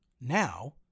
Now